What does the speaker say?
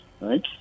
right